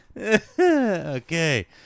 okay